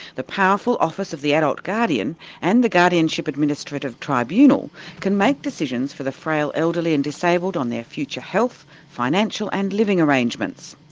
the powerful office of the adult guardian and the guardianship administrative tribunal can make decisions for the frail elderly and disabled on their future future health, financial and living arrangements.